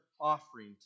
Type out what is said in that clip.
offering